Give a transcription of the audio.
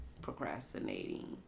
procrastinating